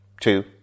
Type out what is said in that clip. two